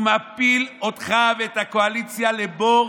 הוא מפיל אותך ואת הקואליציה לבור